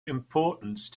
importance